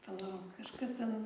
palauk kažkas ten